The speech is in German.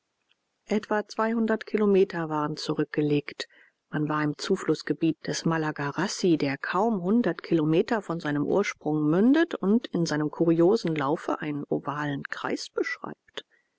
etwa zweihundert kilometer waren zurückgelegt man war im zuflußgebiet des malagarassi der kaum hundert kilometer von seinem ursprung mündet und in seinem kuriosen laufe einen ovalen kreis beschreibt